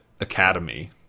academy